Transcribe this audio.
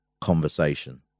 conversation